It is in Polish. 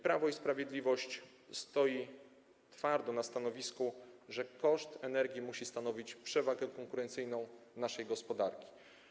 Prawo i Sprawiedliwość stoi twardo na stanowisku, że koszt energii musi stanowić przewagę konkurencyjną naszej gospodarki.